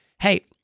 hey